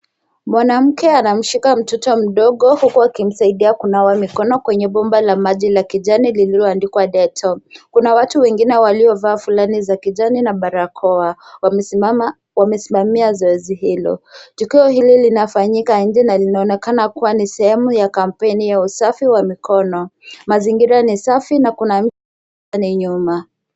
Mwanamke anamshika mtoto mdogo huku akimsaidia kunawa mikono kwenye bomba la maji la kijani lililoandikwa Dettol. Kuna watu wengine waliovaa fulana za kijani na barakoa wamesimamia zoezi hilo. Tukio hili linafanyika nje na linaonekana kuwa ni sehemu ya kampeni ya usafi wa mikono. Mazingira ni safi na kuna mti nyuma.